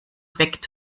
weckt